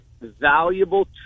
valuable